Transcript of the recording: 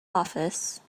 office